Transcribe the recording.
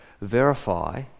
verify